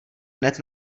hned